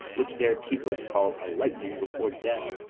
which their keepers call a lightning before death.